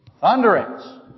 Thunderings